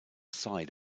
side